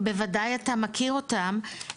בוודאי אתה מכיר אותם,